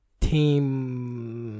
team